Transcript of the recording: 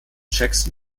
jackson